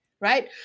right